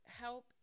help